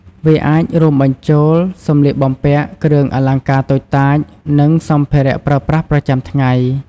វាអាចរួមបញ្ចូល សម្លៀកបំពាក់ គ្រឿងអលង្ការតូចតាច និងសម្ភារៈប្រើប្រាស់ប្រចាំថ្ងៃ។